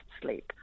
sleep